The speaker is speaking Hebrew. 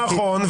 נכון.